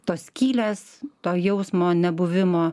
tos skylės to jausmo nebuvimo